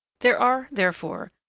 there are, therefore,